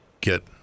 get